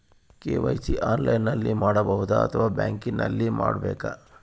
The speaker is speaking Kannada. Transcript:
ಕೆ.ವೈ.ಸಿ ಆನ್ಲೈನಲ್ಲಿ ಮಾಡಬಹುದಾ ಅಥವಾ ಬ್ಯಾಂಕಿನಲ್ಲಿ ಮಾಡ್ಬೇಕಾ?